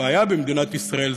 הבעיה במדינת ישראל,